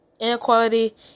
inequality